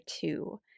two